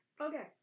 Okay